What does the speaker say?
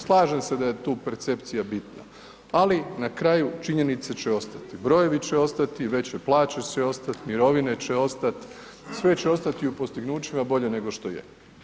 Slažem se da je tu percepcija bitna, ali na kraju činjenice će ostati, brojevi će ostati, veće plaće će ostati, mirovine će ostat, sve će ostati u postignućima bolje nego što je.